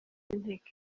inteko